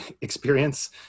experience